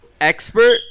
expert